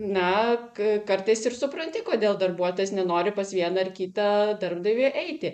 na k kartais ir supranti kodėl darbuotojas nenori pas vieną ar kitą darbdavį eiti